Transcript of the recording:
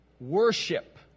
Worship